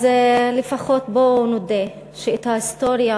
אז לפחות בוא נודה שאת ההיסטוריה